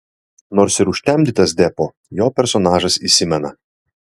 nors ir užtemdytas deppo jo personažas įsimena